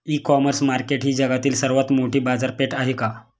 इ commerce market ही जगातील सर्वात मोठी बाजारपेठ आहे का?